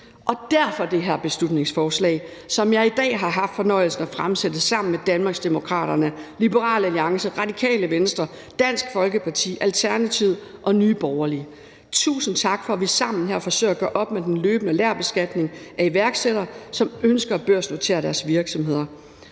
har vi det her beslutningsforslag, som jeg i dag har haft fornøjelsen af at fremlægge sammen med Danmarksdemokraterne, Liberal Alliance, Radikale Venstre, Dansk Folkeparti, Alternativet og Nye Borgerlige. Tusind tak for, at vi sammen her forsøger at gøre op med den løbende lagerbeskatning af iværksættere, som ønsker at børsnotere deres virksomheder.